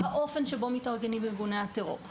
האופן שבו מתארגנים ארגוני הטרור,